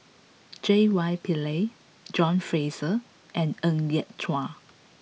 J Y Pillay John Fraser and Ng Yat Chuan